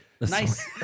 nice